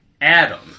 Adam